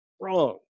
wrong